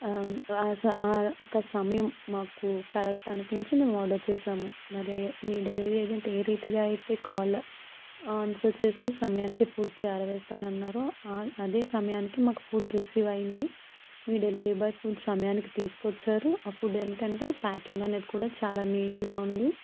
ఒక సమయం మాకు కరెక్ట్ అనిపించి మేము ఆర్డర్ చేసాము మరి మీ డెలివరీ ఏజెంట్ ఏ రీతిగా అయితే కాల్ ఆన్సర్ చేసి సమయానికి ఫుడ్ చేరవేస్తాను అన్నారో అదే సమయానికి మాకు ఫుడ్ రిసీవ్ అయింది మీ డెలివరీ బాయ్ ఫుడ్ సమయానికి తీసుకొచ్చారు ఆ ఫుడ్ ఏంటంటే ప్యాకింగ్ అనేది కూడా చాలా నీటుగా ఉంది